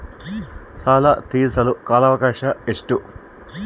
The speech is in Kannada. ಸಾಲ ತೇರಿಸಲು ಕಾಲ ಅವಕಾಶ ಎಷ್ಟು?